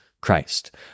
Christ